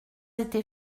été